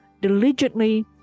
diligently